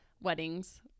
weddings